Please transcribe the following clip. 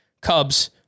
Cubs